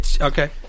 Okay